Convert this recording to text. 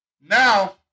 Now